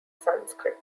sanskrit